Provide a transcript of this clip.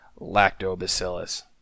Lactobacillus